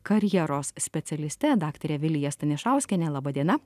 karjeros specialiste daktare vilija stanišauskiene laba diena